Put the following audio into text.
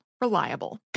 reliable